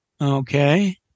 Okay